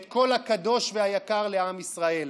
את כל הקדוש והיקר לעם ישראל,